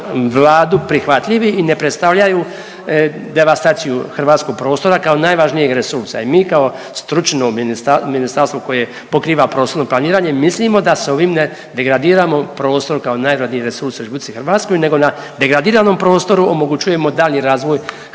Vladu prihvatljivi i ne predstavljaju devastaciju hrvatskog prostora kao najvažnijeg resursa. I mi kao stručno ministarstvo koje pokriva prostorno planiranje mislimo da s ovime ne degradiramo prostor kao najvredniji resurs u RH nego na degradiranom prostoru omogućujemo dali razvoj